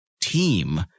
team